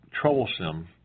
troublesome